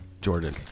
Jordan